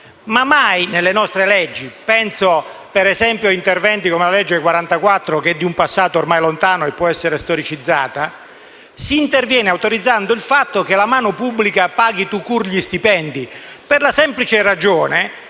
mai nelle nostre leggi - penso, per esempio, a interventi come la legge n. 44 del 1986, che è di un passato ormai lontano e può essere storicizzata - si interviene autorizzando il fatto che la mano pubblica paghi *tout court* gli stipendi, e questo per la semplice ragione